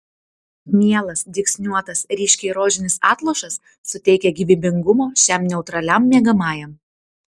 mielas dygsniuotas ryškiai rožinis atlošas suteikia gyvybingumo šiam neutraliam miegamajam